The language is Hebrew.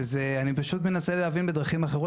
ואני פשוט מנסה להבין בדרכים אחרות.